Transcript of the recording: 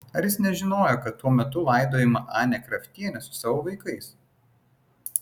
ar jis nežinojo kad tuo metu laidojama anė kraftienė su savo vaikais